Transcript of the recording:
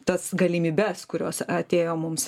tas galimybes kurios atėjo mums